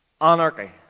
Anarchy